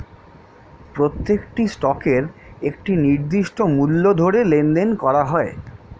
প্রত্যেকটি স্টকের একটি নির্দিষ্ট মূল্য ধরে লেনদেন করা হয়